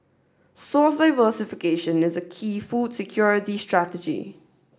source diversification is a key food security strategy